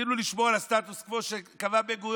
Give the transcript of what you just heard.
ניסינו לשמור על הסטטוס קוו שקבע בן-גוריון,